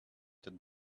would